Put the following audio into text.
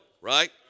right